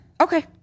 Okay